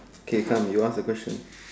okay come you ask the question